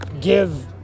give